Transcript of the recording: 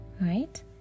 right